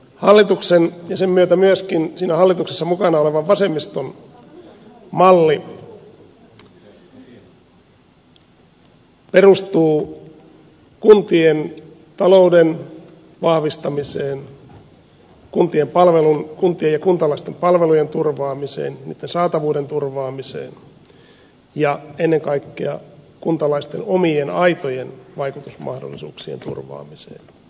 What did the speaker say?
hallituksen ja sen myötä myöskin siinä hallituksessa mukana olevan vasemmiston malli perustuu kuntien talouden vahvistamiseen kuntien ja kuntalaisten palvelujen saatavuuden turvaamiseen ja ennen kaikkea kuntalaisten omien aitojen vaikutusmahdollisuuksien turvaamiseen